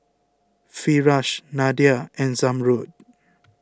Firash Nadia and Zamrud